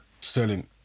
selling